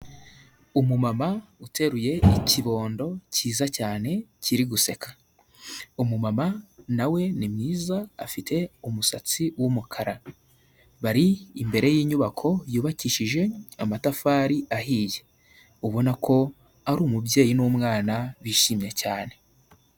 Umu mama uteruye ikibondo cyiza cyane kiri guseka, umu mama nawe ni mwiza afite umusatsi w'umukara, bari imbere yinyubako yubakishije amatafari ahiye, ubona ko ari umubyeyi n'umwana bishimye cyane.